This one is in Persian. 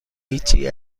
هیچی